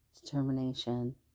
determination